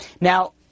Now